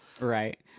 Right